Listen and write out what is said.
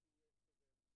החוק הזה לא רואה מגדר.